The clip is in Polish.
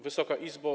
Wysoka Izbo!